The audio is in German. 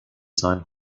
seinen